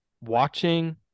watching